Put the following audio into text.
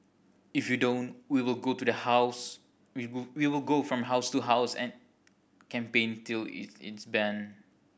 if you don't we will go to the house we will we will go from house to house and campaign till it is banned